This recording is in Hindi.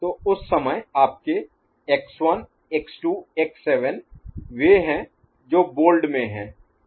तो उस समय आपके x1 x2 x7 वे हैं जो बोल्ड में हैं